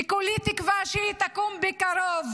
וכולי תקווה שהיא תקום בקרוב,